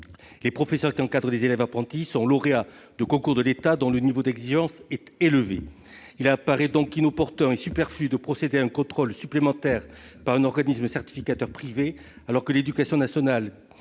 Les professeurs qui encadrent les élèves apprentis sont lauréats de concours de l'État dont le niveau d'exigence est élevé. Il apparaît donc inopportun et superflu de faire procéder à un contrôle supplémentaire par un organisme certificateur privé, alors que l'éducation nationale